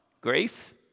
Grace